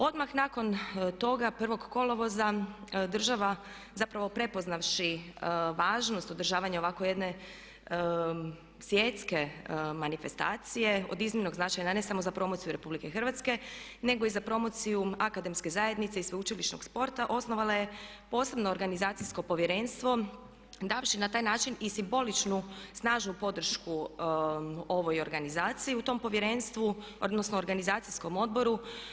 Odmah nakon toga, 1. kolovoza država zapravo prepoznavši važnost održavanja ovako jedne svjetske manifestacije od iznimnog značaja ne samo za promociju RH nego i za promociju akademske zajednice i sveučilišnog sporta osnovala je posebno organizacijsko povjerenstvo davši na taj način i simboličnu snažnu podršku ovoj organizaciji u tom povjerenstvu, odnosno organizacijskom odboru.